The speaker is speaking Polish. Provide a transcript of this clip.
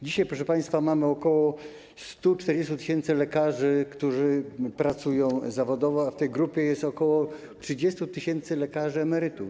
Dzisiaj, proszę państwa, mamy ok. 140 tys. lekarzy, którzy pracują zawodowo, a w tej grupie jest ok. 30 tys. lekarzy emerytów.